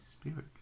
Spirit